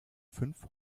fünf